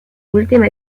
última